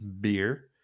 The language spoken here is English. Beer